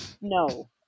no